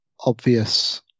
obvious